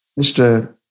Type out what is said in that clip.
Mr